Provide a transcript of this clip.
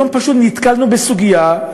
היום פשוט נתקלנו בסוגיה,